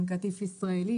עם "קטיף ישראלי",